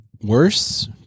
Worse